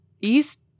East